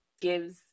gives